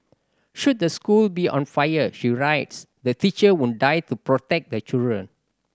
should the school be on fire she writes the teacher would die to protect the children